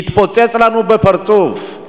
התפוצץ לנו בפרצוף.